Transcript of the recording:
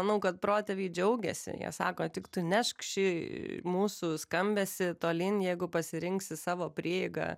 manau kad protėviai džiaugiasi jie sako tik tu nešk šį mūsų skambesį tolyn jeigu pasirinksi savo prieigą